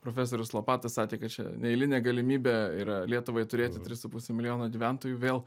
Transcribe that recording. profesorius lopatas sakė kad čia neeilinė galimybė yra lietuvai turėti tris su puse milijono gyventojų vėl